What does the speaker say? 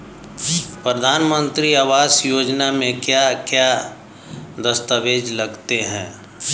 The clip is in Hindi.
प्रधानमंत्री आवास योजना में क्या क्या दस्तावेज लगते हैं?